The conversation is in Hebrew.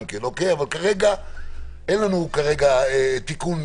אבל כרגע אין לנו תיקון.